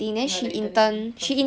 ya the intern